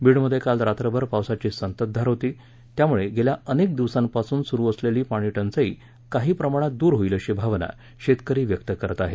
बीड मध्ये काल रात्रभर पावसाची संततधार होती त्यामुळे गेल्या अनेक दिवसांपासून सुरू असलेली पाणी टंचाई काही प्रमाणात दूर हो ति अशी भावना शेतकरी व्यक्त करत आहेत